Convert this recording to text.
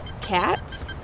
Cats